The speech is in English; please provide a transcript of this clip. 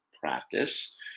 practice